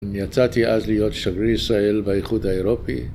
אני יצאתי אז להיות שגריר ישראל באיחוד האירופי